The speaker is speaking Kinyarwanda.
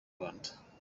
rwanda